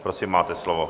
Prosím, máte slovo.